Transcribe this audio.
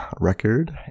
record